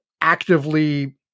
actively